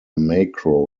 macro